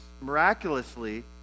miraculously